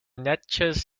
natchez